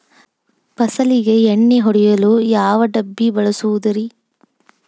ಫಸಲಿಗೆ ಎಣ್ಣೆ ಹೊಡೆಯಲು ಯಾವ ಡಬ್ಬಿ ಬಳಸುವುದರಿ?